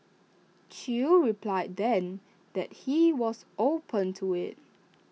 chew replied then that he was open to IT